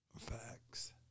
Facts